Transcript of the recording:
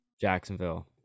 Jacksonville